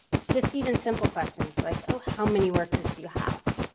just even simple questions, like, oh how many workers do you have?